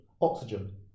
oxygen